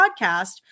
podcast